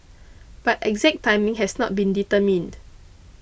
but exact timing has not been determined